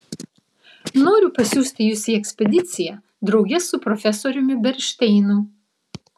noriu pasiųsti jus į ekspediciją drauge su profesoriumi bernšteinu